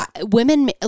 women